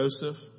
Joseph